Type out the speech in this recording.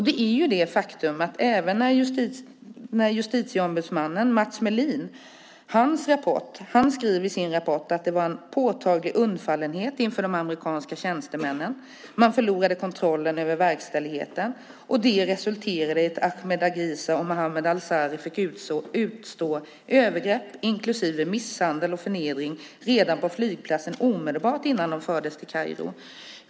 Det är det faktum som även justitieombudsmannen Mats Melin skriver i sin rapport, att det var en påtaglig undfallenhet inför de amerikanska tjänstemännen. Man förlorade kontrollen över verkställigheten. Det resulterade i att Mehdi Ghezali och Mohammed Alzery fick utstå övergrepp inklusive misshandel och förnedring redan på flygplatsen omedelbart innan de fördes till Kairo.